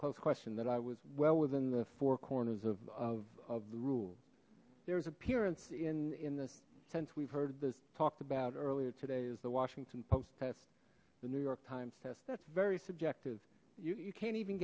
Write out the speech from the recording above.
close question that i was well within the four corners of of the rule there's appearance in in this sense we've heard this talked about earlier today is the washington post test the new york times test that's very subjective you you can't even